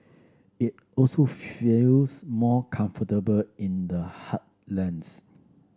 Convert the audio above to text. it also feels more comfortable in the heartlands